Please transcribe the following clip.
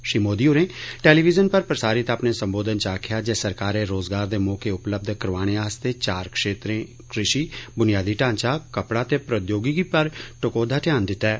श्री मोदी होरें टेलीवीज़न पर प्रसारित अपने संबोधन च आक्खेआ जे सरकारै रोजगार दे मौके उपलब्ध करोआने आस्तै चार क्षेत्रे कृषि बुनियादी ढांचा कपड़ा ते प्रौद्योगिकी पर टकोह्दा ध्यान दित्ता ऐ